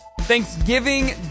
Thanksgiving